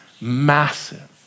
massive